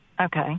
Okay